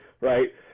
right